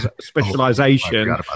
specialization